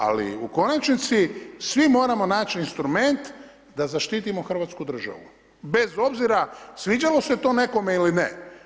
Ali u konačnici svi moramo naći instrument da zaštitimo hrvatsku državu bez obzira sviđalo se to nekome ili ne.